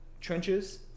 trenches